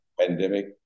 pandemic